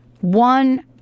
one